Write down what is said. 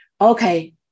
Okay